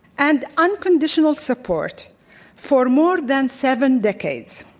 and unconditional support for more than seven decades.